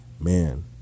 man